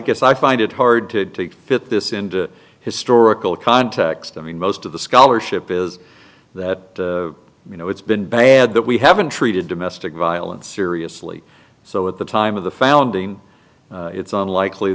guess i find it hard to fit this into historical context of the most of the scholarship is that you know it's been bad that we haven't treated domestic violence seriously so at the time of the founding it's unlikely